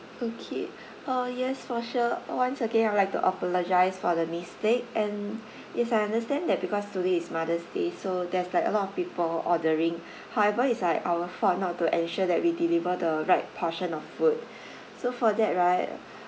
okay uh yes for sure once again I would like to apologise for the mistake and yes I understand that because today is mother's day so there's like a lot of people ordering however is like our fault not to ensure that we deliver the right portion of food so for that right